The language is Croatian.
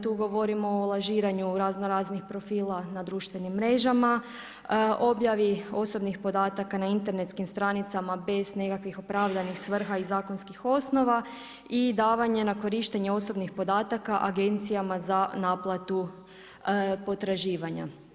Tu govorimo o lažiranju razno-raznih profila na društvenim mrežama, objavi osobnih podataka na internetskim stranicama bez nekakvih opravdanih svrha i zakonskih osnova i davanje na korištenje osobnih podataka Agencijama za naplatu potraživanja.